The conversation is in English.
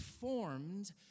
formed